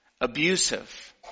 abusive